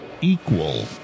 Equal